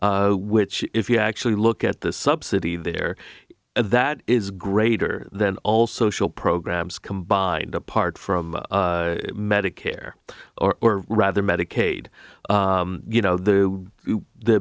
which if you actually look at the subsidy there that is greater than all social programs combined apart from medicare or rather medicaid you know the the